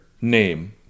name